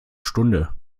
stunde